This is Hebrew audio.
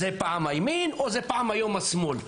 פעם הימין ופעם השמאל.